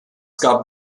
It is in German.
gab